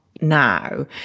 now